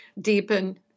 deepen